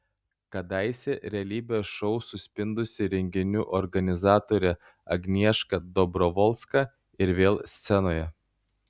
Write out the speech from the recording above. kadaise realybės šou suspindusi renginių organizatorė agnieška dobrovolska ir vėl scenoje